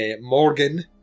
Morgan